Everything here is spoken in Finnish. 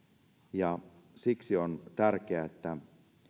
ja siksi on tärkeää niin